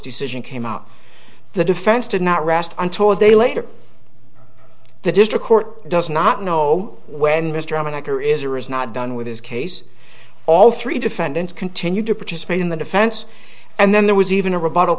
decision came out the defense did not rest until a day later the district court does not know when mr m an anchor is or is not done with his case all three defendants continue to participate in the defense and then there was even a r